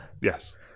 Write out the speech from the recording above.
yes